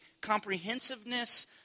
comprehensiveness